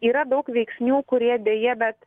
yra daug veiksnių kurie deja bet